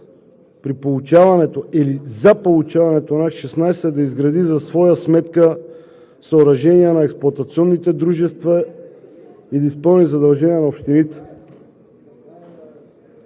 при получаването или за получаването на Акт 16 да изгради за своя сметка съоръжения на експлоатационните дружества и да изпълни задължения на общините